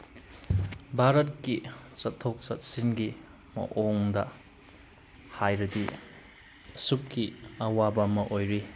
ꯚꯥꯔꯠꯀꯤ ꯆꯠꯊꯣꯛ ꯆꯠꯁꯤꯟꯒꯤ ꯃꯑꯣꯡꯗ ꯍꯥꯏꯔꯗꯤ ꯑꯁꯨꯛꯀꯤ ꯑꯋꯥꯕ ꯑꯃ ꯑꯣꯏꯔꯤ